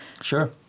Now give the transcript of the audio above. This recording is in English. sure